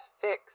fix